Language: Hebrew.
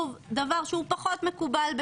דבר שהוא פחות מקובל,